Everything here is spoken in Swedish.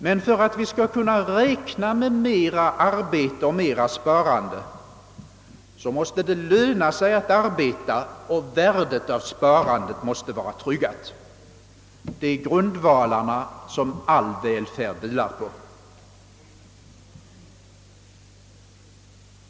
Men för att vi skall kunna räkna med mera arbete och mera sparande måste det löna sig att arbeta, och värdet av sparandet måste vara tryggat. Det är grundvalarna som all välfärd vilar på.